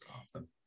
Awesome